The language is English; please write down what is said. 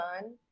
son